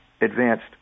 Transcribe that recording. advanced